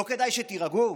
לא כדאי שתירגעו?